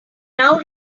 now